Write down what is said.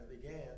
began